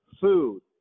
Food